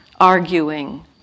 arguing